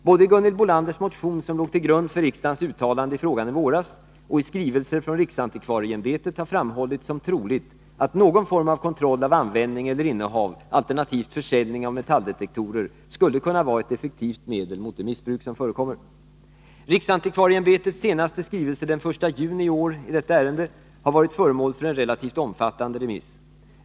Både i Gunhild Bolanders motion, som låg till grund för riksdagens uttalande i frågan i våras, och i skrivelser från riksantikvarieämbetet har det framhållits som troligt att någon form av kontroll av användning eller innehav, alternativt försäljning av metalldetektorer, skulle kunna vara ett effektivt medel mot det missbruk som förekommer. Riksantikvarieämbetets senaste skrivelse den 1 juni i år i detta ärende har varit föremål för en relativt omfattande remiss.